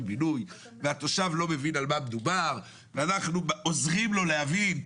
בינוי והתושב לא מבין על מה מדובר ואנחנו עוזרים לו להבין,